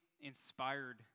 inspired